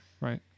Right